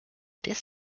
this